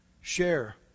share